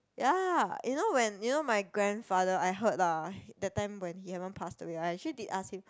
ya you know when you know my grandfather I heard lah that time when he haven't pass away I actually did ask him